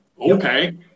Okay